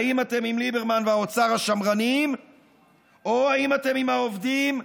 האם אתם עם ליברמן והאוצר השמרנים או האם אתם עם העובדים,